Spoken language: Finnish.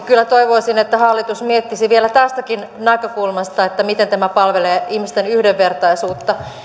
kyllä toivoisin että hallitus miettisi vielä tästäkin näkökulmasta miten tämä palvelee ihmisten yhdenvertaisuutta